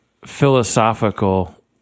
philosophical